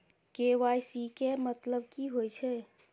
KYC केँ मतलब की होइ छै?